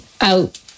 out